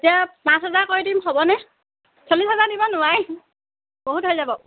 এতিয়া পাঁচ হাজাৰ কৰি দিম হ'বনে চল্লিছ হাজাৰ দিব নোৱাৰিম বহুত হৈ যাব